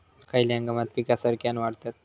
खयल्या हंगामात पीका सरक्कान वाढतत?